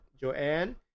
Joanne